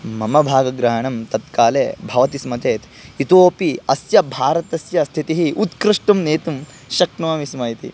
मम भागग्रहणं तत्काले भवति स्म चेत् इतोऽपि अस्य भारतस्य स्थितिः उत्कृष्टुं नेतुं शक्नोमि स्म इति